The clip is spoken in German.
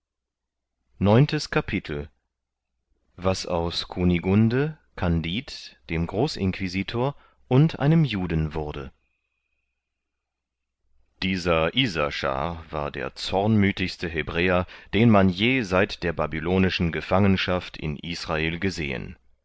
neuntes kapitel was aus kunigunde kandid dem großinquisitor und einem juden wurde dieser isaschar war der zornmüthigste hebräer den man je seit der babylonischen gefangenschaft in israel gesehen